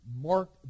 mark